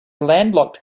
landlocked